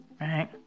right